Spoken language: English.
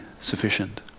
sufficient